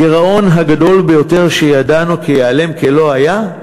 הגירעון הגדול ביותר שידענו ייעלם כלא היה,